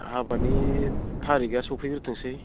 हाबानि थारिकआ सफैग्रोथोंसै